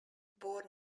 born